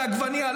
לא לעגבנייה,